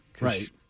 Right